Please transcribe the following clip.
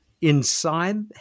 inside